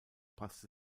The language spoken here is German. passte